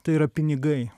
tai yra pinigai